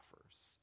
offers